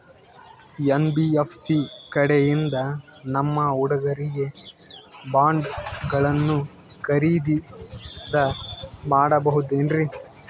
NBFC ಕಡೆಯಿಂದ ನಮ್ಮ ಹುಡುಗರಿಗೆ ಬಾಂಡ್ ಗಳನ್ನು ಖರೀದಿದ ಮಾಡಬಹುದೇನ್ರಿ?